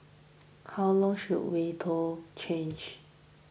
how long should we told change